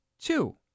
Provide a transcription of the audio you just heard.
two